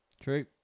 true